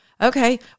Okay